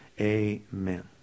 amen